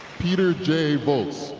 peter j. voltz,